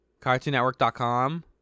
Cartoonnetwork.com